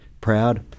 proud